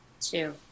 Two